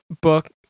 book